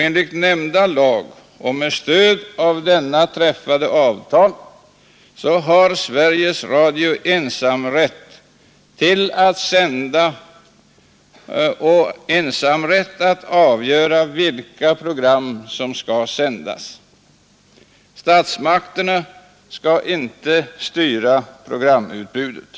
Enligt nämnda lag och med stöd av det avtal som träffats jämlikt nämnda lag har Sveriges Radio ensamrätt att sända program och ensamrätt att avgöra vilka program som skall sändas. Statsmakterna skall inte styra programutbudet.